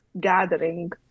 gathering